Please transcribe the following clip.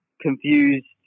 confused